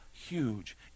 huge